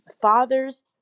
fathers